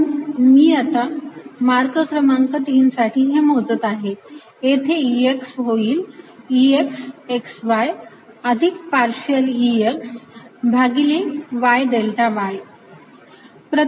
म्हणून मी आता मार्ग क्रमांक तीन साठी हे मोजत आहे येथे Ex होईल Ex xy अधिक पार्शियल Ex भागिले पार्शियल y डेल्टा y